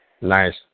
Nice